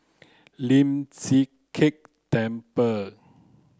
Lian Chee Kek Temple